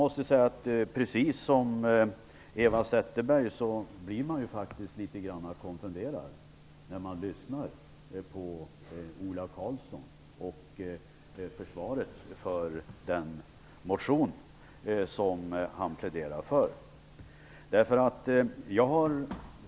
Men precis som Eva Zetterberg blir jag faktiskt litet grand konfunderad när jag lyssnar på Ola Karlsson och försvaret för den motion som han pläderar för.